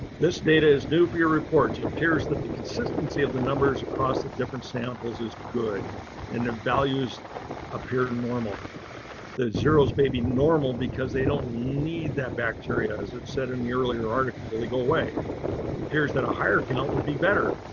this data is new for your reports appears that the consistency of the numbers across the different samples is good and the values appear normal. david wick the zeros may be normal because they don't need that bacteria as it said in the earlier article, they go away. it appears that a higher count would be better.